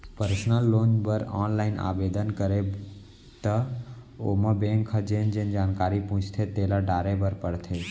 personal loan बर online आबेदन करबे त ओमा बेंक ह जेन जेन जानकारी पूछथे तेला डारे बर परथे